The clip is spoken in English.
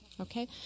Okay